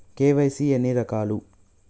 KYC ఎన్ని రకాలు?